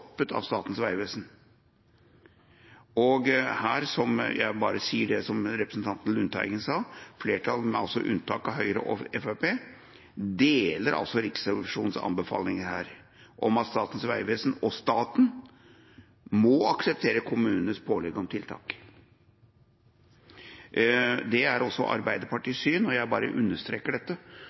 stoppet av Statens vegvesen. Og her sier jeg bare det som representanten Lundteigen sa, at flertallet, med unntak av Høyre og Fremskrittspartiet, deler Riksrevisjonens anbefaling om at Statens vegvesen og staten må akseptere kommunens pålegg om tiltak. Det er altså også Arbeiderpartiets syn, og jeg bare understreker dette,